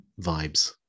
vibes